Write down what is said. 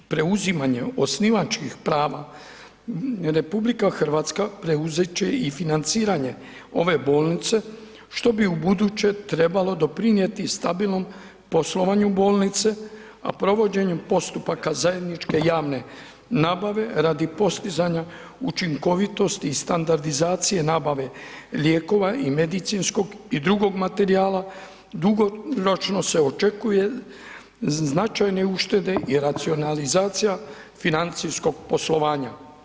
Preuzimanjem osnivačkih prava, RH preuzet će i financiranje ove bolnice, što bi ubuduće trebalo doprinjeti stabilnom poslovanju bolnice, a provođenjem postupaka zajedničke javne nabave radi postizanja učinkovitosti i standardizacije nabave lijekova i medicinskog i drugog materijala, dugoročno se očekuje značajne uštede i racionalizacija financijskog poslovanja.